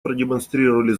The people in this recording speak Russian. продемонстрировали